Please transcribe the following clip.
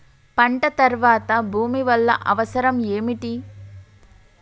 పంట తర్వాత భూమి వల్ల అవసరం ఏమిటి?